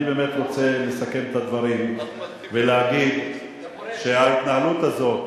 אני באמת רוצה לסכם את הדברים ולהגיד שההתנהלות הזאת